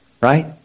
right